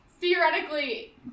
theoretically